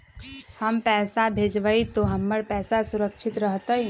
हम पैसा भेजबई तो हमर पैसा सुरक्षित रहतई?